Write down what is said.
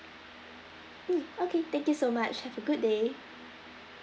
mm okay thank you so much have a good day